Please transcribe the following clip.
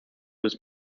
was